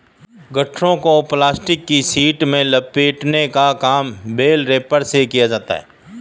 गट्ठरों को प्लास्टिक की शीट में लपेटने का काम बेल रैपर से किया जाता है